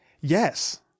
yes